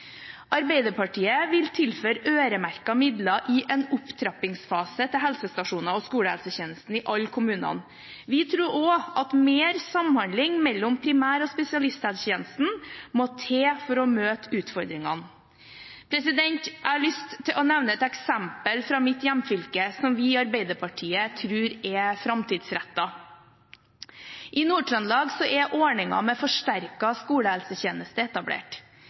Arbeiderpartiet vil tilføre øremerkede midler i en opptrappingsfase til helsestasjoner og skolehelsetjenesten i alle kommuner. Vi tror også at mer samhandling mellom primær- og spesialisthelsetjenesten må til for å møte utfordringene. Jeg har lyst til å nevne et eksempel fra mitt hjemfylke som vi i Arbeiderpartiet tror er framtidsrettet. I Nord-Trøndelag er ordningen med forsterket skolehelsetjeneste etablert.